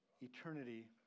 Eternity